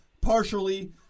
partially